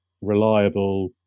reliable